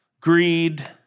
greed